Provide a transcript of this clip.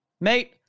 Mate